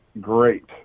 great